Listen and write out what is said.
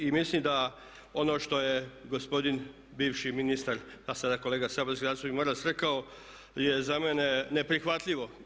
Mislim da ono što je gospodin bivši ministar a sada kolega saborski zastupnik Maras rekao je za mene neprihvatljivo.